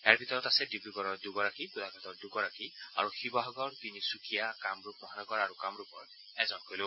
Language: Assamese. ইয়াৰ ভিতৰত আছে ডিব্ৰুগড়ৰ দুগৰাকী গোলাঘাটৰ দুগৰাকী আৰু শিৱসাগৰ তিনিচুকীয়া কামৰূপ মহানগৰ আৰু কামৰূপৰ এজনকৈ লোক